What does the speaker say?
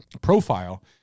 profile